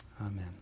Amen